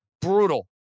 Brutal